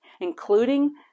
including